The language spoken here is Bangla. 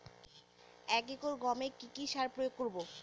এক একর গমে কি কী সার প্রয়োগ করব?